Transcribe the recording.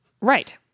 Right